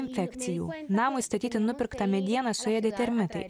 infekcijų namui statyti nupirkta mediena suėdė termitai